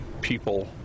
people